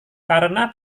karena